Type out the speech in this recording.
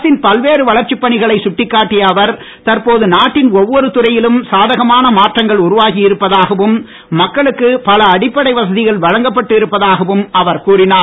அரசின் பல்வேறு வளர்ச்சிப் பணிகளை சுட்டிக்காட்டிய அவர் தற்போது நாட்டின் ஒவ்வொரு துறையிலும் சாதகமான மாற்றங்கள் உருவாகி இருப்பதாகவும் மக்களுக்கு பல அடிப்படை வசதிகள் வழங்கப்பட்டு இருப்பதாகவும் அவர் கூறினார்